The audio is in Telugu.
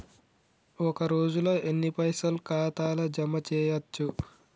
ఒక రోజుల ఎన్ని పైసల్ ఖాతా ల జమ చేయచ్చు?